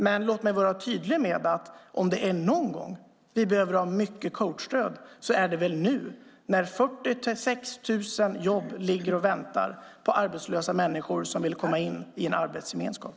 Men låt mig vara tydlig med att om det är någon gång vi behöver mycket coachstöd är det nu när 46 000 jobb väntar på arbetslösa människor som vill komma in i en arbetsgemenskap.